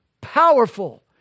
powerful